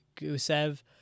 Gusev